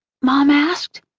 mom asked.